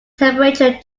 temperature